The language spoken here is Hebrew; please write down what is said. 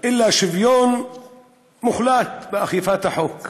אלא שוויון מוחלט באכיפת החוק.